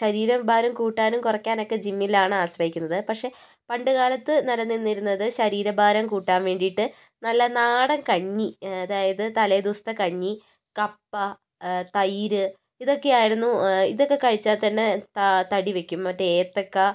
ശരീരഭാരം കൂട്ടാനും കുറയ്ക്കാനും ഒക്കെ ജിമ്മിലാണ് ആശ്രയിക്കുന്നത് പക്ഷേ പണ്ടുകാലത്ത് നിലനിന്നിരുന്നത് ശരീരഭാരം കൂട്ടാൻ വേണ്ടിയിട്ട് നല്ല നാടൻ കഞ്ഞി അതായത് തലേ ദിവസത്തെ കഞ്ഞി കപ്പ തൈര് ഇതൊക്കെയായിരുന്നു ഇതൊക്കെ കഴിച്ചാൽ തന്നെ ത തടി വയ്ക്കും മറ്റേ ഏത്തക്ക